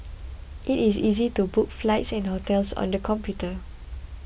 it is easy to book flights and hotels on the computer